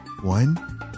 One